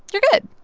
you're good.